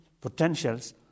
potentials